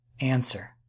Answer